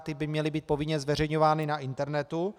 Ty by měly být povinně zveřejňovány na internetu.